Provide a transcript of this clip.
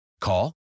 Call